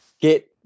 get